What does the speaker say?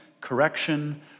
correction